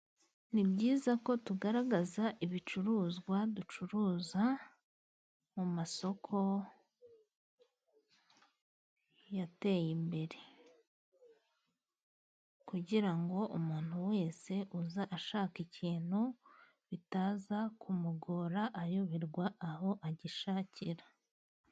Ni byiza ko tugaragaza ibicuruzwa ducuruza mu masoko yateye imbere kugira ngo umuntu wese uza ashaka ikintu bitaza kumugora ayoberwa aho agishakira.